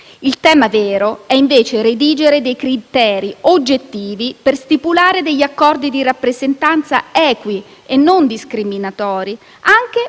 Il tema vero è invece redigere criteri oggettivi per stipulare accordi di rappresentanza equi e non discriminatori, anche